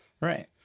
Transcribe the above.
Right